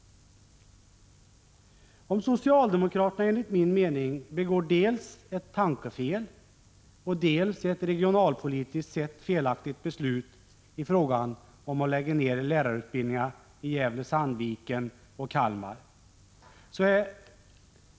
Enligt min mening gör socialdemokraterna alltså dels ett tankefel, dels fattar de ett regionalpolitiskt sett felaktigt beslut i frågan om att lägga ned lärarutbildningarna i Gävle-Sandviken och Kalmar.